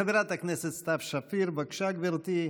חברת הכנסת סתיו שפיר, בבקשה, גברתי.